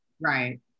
Right